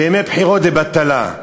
וימי בחירות לבטלה.